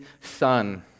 Son